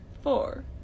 four